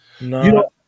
No